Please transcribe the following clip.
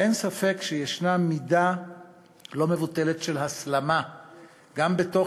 אין ספק שיש מידה לא מבוטלת של הסלמה גם בתוך